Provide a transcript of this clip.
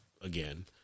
again